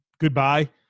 goodbye